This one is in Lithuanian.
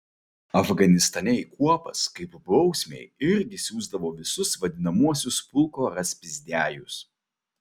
afganistane į kuopas kaip bausmei irgi siųsdavo visus vadinamuosius pulko raspizdiajus